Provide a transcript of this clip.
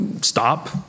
stop